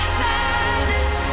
madness